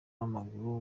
w’amaguru